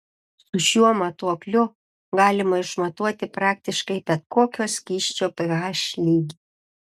su šiuo matuokliu galima išmatuoti praktiškai bet kokio skysčio ph lygį